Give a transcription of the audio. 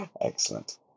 Excellent